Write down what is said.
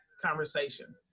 conversation